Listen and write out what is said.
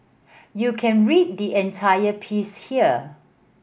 you can read the entire piece here